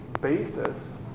basis